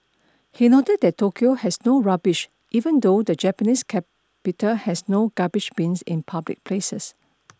he noted that Tokyo has no rubbish even though the Japanese capital has no garbage bins in public places